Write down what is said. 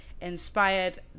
inspired